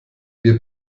wir